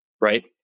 right